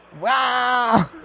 Wow